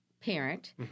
parent